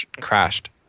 crashed